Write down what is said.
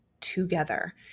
together